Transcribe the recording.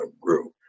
grew